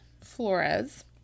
Flores